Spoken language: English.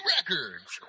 Records